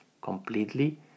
completely